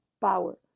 power